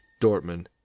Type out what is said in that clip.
Dortmund